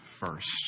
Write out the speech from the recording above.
First